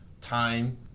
time